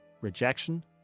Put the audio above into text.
Rejection